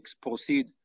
proceed